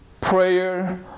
prayer